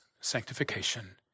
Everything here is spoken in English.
sanctification